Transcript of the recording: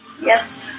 Yes